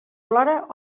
plora